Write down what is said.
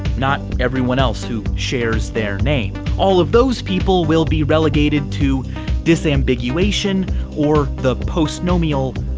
not everyone else who shares their name. all of those people will be relegated to disambiguation or the post-nominal,